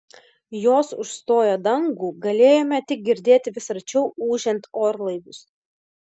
jos užstojo dangų galėjome tik girdėti vis arčiau ūžiant orlaivius